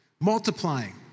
Multiplying